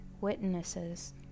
witnesses